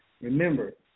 Remember